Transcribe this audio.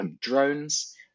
drones